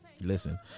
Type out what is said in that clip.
listen